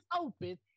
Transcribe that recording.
open